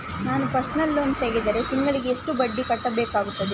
ನಾನು personal loan ತೆಗೆದರೆ ತಿಂಗಳಿಗೆ ಎಷ್ಟು ಬಡ್ಡಿ ಕಟ್ಟಬೇಕಾಗುತ್ತದೆ?